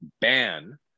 ban